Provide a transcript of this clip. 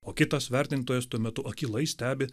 o kitas vertintojas tuo metu akylai stebi